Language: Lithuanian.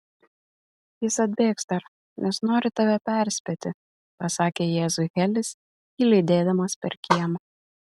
jis atbėgs dar nes nori tave perspėti pasakė jėzui helis jį lydėdamas per kiemą